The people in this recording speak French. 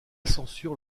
censure